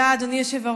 תודה, אדוני היושב-ראש.